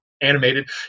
animated